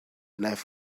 knife